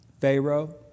Pharaoh